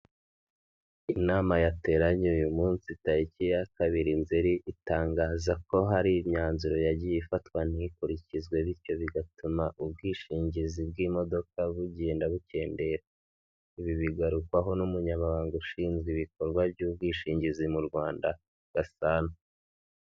Inama yateranye uyu munsi tariki ya kabiri Nzeri, itangaza ko hari imyanzuro yagiye ifatwa ntikurikizwe bityo bigatuma ubwishingizi bw'imodoka bugenda bukendera. Ibi bigarukwaho n'umunyamabanga ushinzwe ibikorwa by'ubwishingizi mu Rwanda Gasana.